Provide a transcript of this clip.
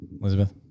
Elizabeth